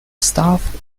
stuffed